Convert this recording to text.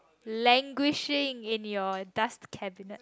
languishing in your dust cabinet